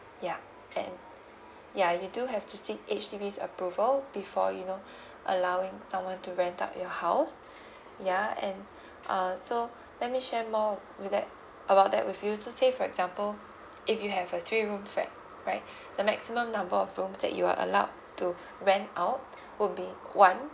ya and ya you do have to seek H_D_B's approval before you know allowing someone to rent out your house ya and uh so let me share more with that about that with you so say for example if you have a three room flat right the maximum number of rooms that you are allowed to rent out would be one